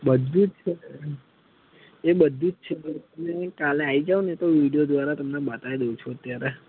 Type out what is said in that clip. બધું જ છે એ બધું જ છે તમે કાલે આવી જાવને તો વિડિયો દ્વારા તમને બતાવી દઉં છું ત્યારે